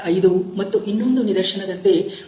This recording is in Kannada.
5 ಮತ್ತು ಇನ್ನೊಂದು ನಿದರ್ಶನದಂತೆ 13